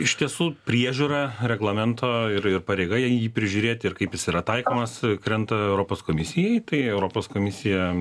iš tiesų priežiūra reglamento ir ir pareiga jį prižiūrėti ir kaip jis yra taikomas krenta europos komisijai tai europos komisija